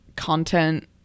Content